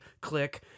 Click